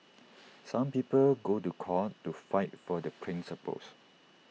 some people go to court to fight for their principles